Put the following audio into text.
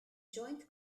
joint